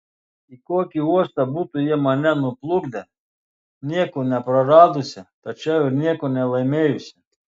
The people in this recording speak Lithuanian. į kokį uostą būtų jie mane nuplukdę nieko nepraradusią tačiau ir nieko nelaimėjusią